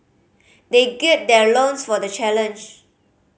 they gird their loins for the challenge